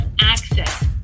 access